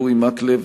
אורי מקלב,